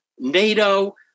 NATO